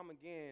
again